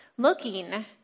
Looking